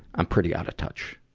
i'm pretty out of touch.